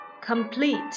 complete